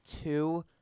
two